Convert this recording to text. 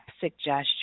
suggestion